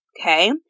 okay